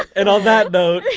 and on that note,